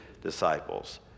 disciples